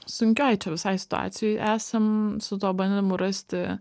sunkioj čia visai situacijoj esam su tuo bandymu rasti